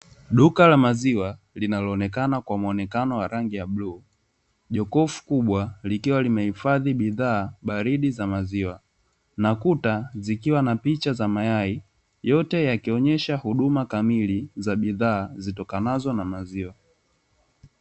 Duka la maziwa linaloonekana kwa muonekano wa rangi ya bluu, jokofu kubwa likiwa limehifadhi bidhaa baridi za maziwa, na kuta zikiwa na picha za mayai. Yote yakionyesha huduma kamili, za bidhaa zitokanazo na maziwa.